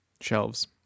shelves